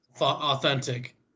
authentic